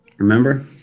Remember